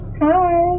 hi